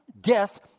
death